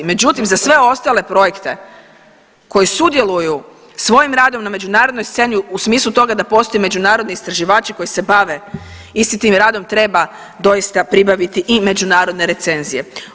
Međutim, za sve ostale projekte koji sudjeluju svojim radom na međunarodnoj sceni u smislu toga da postoje međunarodni istraživači koji se bave istim tim radom, treba doista pribaviti i međunarodne recenzije.